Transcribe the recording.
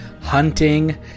hunting